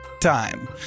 time